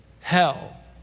hell